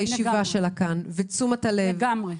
הישיבה שלך כאן ותשומת הלב -- לגמרי.